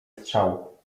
strzał